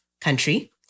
country